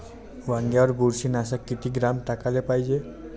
वांग्यावर बुरशी नाशक किती ग्राम टाकाले पायजे?